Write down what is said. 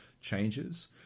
changes